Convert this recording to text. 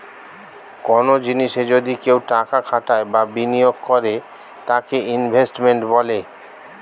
কনো জিনিসে যদি কেউ টাকা খাটায় বা বিনিয়োগ করে তাকে ইনভেস্টমেন্ট বলে